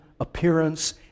appearance